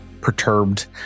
perturbed